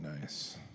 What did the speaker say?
nice